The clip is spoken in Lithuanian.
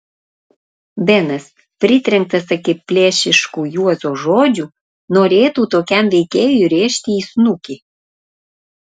benas pritrenktas akiplėšiškų juozo žodžių norėtų tokiam veikėjui rėžti į snukį